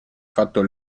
fatto